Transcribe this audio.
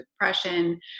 depression